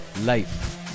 life